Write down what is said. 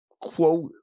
quote